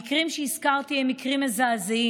המקרים שהזכרתי הם מקרים מזעזעים,